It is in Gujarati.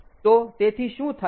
તો તેથી શું થાય છે